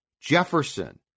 Jefferson